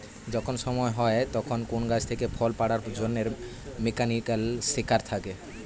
যখন সময় হয় তখন কোন গাছ থেকে ফল পাড়ার জন্যে মেকানিক্যাল সেকার থাকে